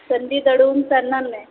संधी दवडून चालणार नाही